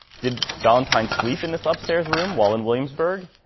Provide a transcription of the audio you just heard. did valentine sleep in this upstairs room while in williamsburg,